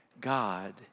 God